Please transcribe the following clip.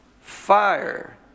fire